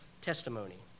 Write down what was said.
testimony